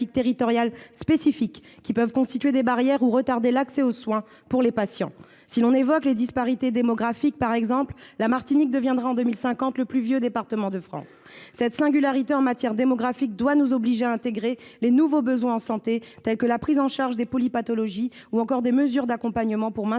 territoriales spécifiques qui peuvent constituer des barrières ou retarder l’accès aux soins pour les patients. Si l’on évoque les disparités démographiques, la Martinique deviendra en 2050 le plus vieux département de France. Cette singularité doit nous obliger à prendre en compte les nouveaux besoins en santé, telle que la prise en charge des polypathologies ou encore des mesures d’accompagnement pour maintenir